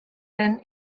been